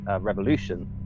revolution